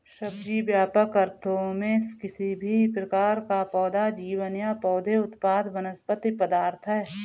सब्जी, व्यापक अर्थों में, किसी भी प्रकार का पौधा जीवन या पौधे उत्पाद वनस्पति पदार्थ है